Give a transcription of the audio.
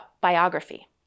biography